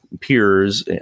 peers